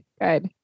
Good